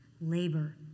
labor